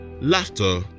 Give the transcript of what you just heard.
Laughter